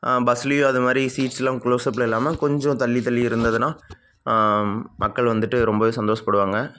பஸ்ஸுலலேயும் அது மாதிரி சீட்ஸ்ஸெல்லாம் க்ளோஸ்அப்பில் இல்லாமல் கொஞ்சம் தள்ளி தள்ளி இருந்ததுனால் மக்கள் வந்துட்டு ரொம்பவே சந்தோஷப்படுவாங்க